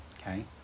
okay